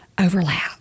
overlap